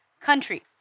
country